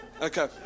Okay